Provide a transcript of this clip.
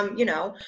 you know,